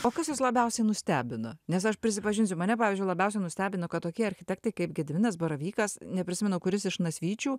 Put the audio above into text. o kas jus labiausiai nustebino nes aš prisipažinsiu mane pavyzdžiui labiausiai nustebino kad tokie architektai kaip gediminas baravykas neprisimenu kuris iš nasvyčių